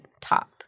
top